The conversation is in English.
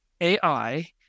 AI